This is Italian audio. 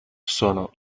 sono